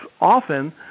often